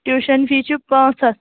tuition fee چھُ پانٛژ ہَتھ